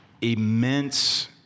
immense